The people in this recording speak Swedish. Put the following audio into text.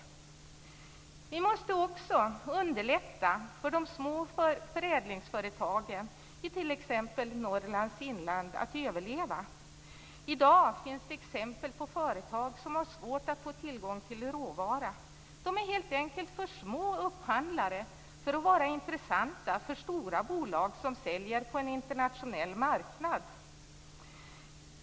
Vi måste också underlätta för de små förädlingsföretagen i t.ex. Norrlands inland att överleva. I dag finns det exempel på företag som har svårt att få tillgång till råvara. De är helt enkelt för små upphandlare för att vara intressanta för stora bolag som säljer på en internationell marknad.